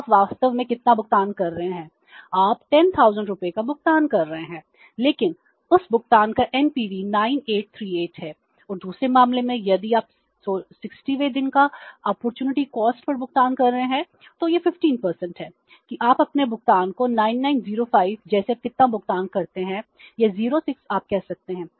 तो आप वास्तव में कितना भुगतान कर रहे हैं आप 10000 रुपये का भुगतान कर रहे हैं लेकिन उस भुगतान का एनपीवी पर भुगतान कर रहे हैं तो यह 15 है कि आप अपने भुगतान को 9905 जैसे कितना भुगतान करते हैं या 06 आप कह सकते हैं